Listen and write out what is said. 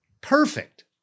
Perfect